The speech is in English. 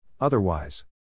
Otherwise